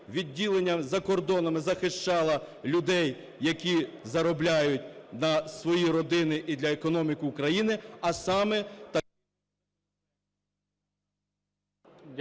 відділення за кордонами захищала людей, які заробляють на свої родини і для економіки України, а саме...